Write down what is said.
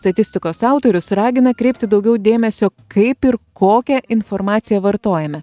statistikos autorius ragina kreipti daugiau dėmesio kaip ir kokią informaciją vartojame